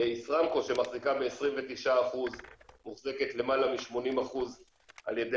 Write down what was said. ישראמקו שמחזיקה ב-29% מוחזקת למעלה מ-80% על ידי